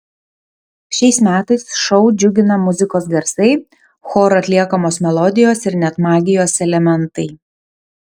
šiais metais šou džiugina muzikos garsai choro atliekamos melodijos ir net magijos elementai